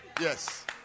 yes